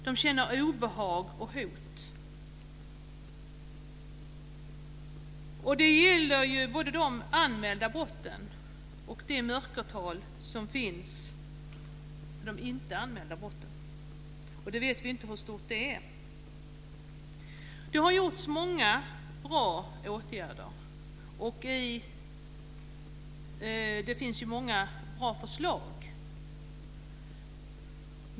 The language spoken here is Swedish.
De känner obehag och upplever hot. Det gäller både de anmälda brotten och det mörkertal som finns när det gäller de oanmälda brotten. Hur stort det är vet vi inte. Det har vidtagits många bra åtgärder, och det finns många bra förslag.